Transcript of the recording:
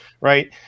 right